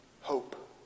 hope